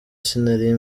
sinari